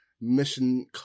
Mission